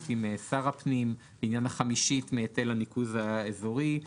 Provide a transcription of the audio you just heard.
עם שר הפנים לעניין החמישית מהיטל הניקוז האזורי,